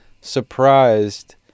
surprised